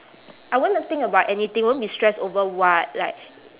I wanna think about anything won't be stressed over what like